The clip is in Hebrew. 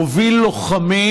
הוביל לוחמים.